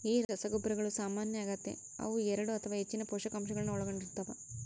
ಈ ರಸಗೊಬ್ಬರಗಳು ಸಾಮಾನ್ಯ ಆಗತೆ ಅವು ಎರಡು ಅಥವಾ ಹೆಚ್ಚಿನ ಪೋಷಕಾಂಶಗುಳ್ನ ಒಳಗೊಂಡಿರ್ತವ